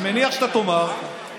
אני מניח שאתה תאמר שמר,